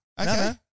okay